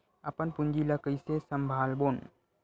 अपन पूंजी ला कइसे संभालबोन?